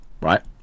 right